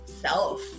self